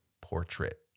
portrait